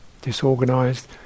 disorganized